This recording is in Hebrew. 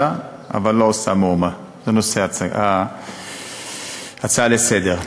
אבל לא עושה מאומה" זה נושא ההצעה לסדר-היום.